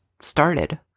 started